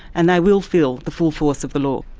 and they will feel the full force of the law.